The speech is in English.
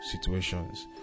situations